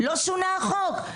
אבל לא שונה החוק.